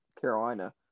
Carolina